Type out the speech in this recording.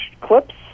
clips